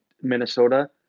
minnesota